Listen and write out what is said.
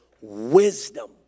Wisdom